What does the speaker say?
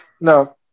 no